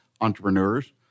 entrepreneurs